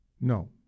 No